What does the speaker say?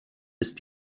ist